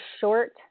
short